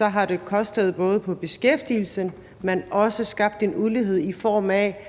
har det jo kostet både på beskæftigelsen, men også skabt en ulighed, i form af